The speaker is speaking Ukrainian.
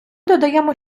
додаємо